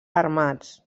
armats